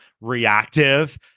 reactive